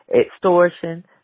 extortion